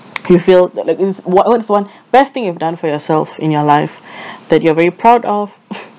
you feel that i~ is what what is one best thing you've done for yourself in your life that you are very proud of